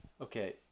okay